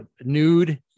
Nude